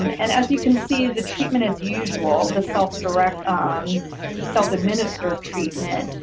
um and as you can see the treatment as usual, the self direct um self administer treatment,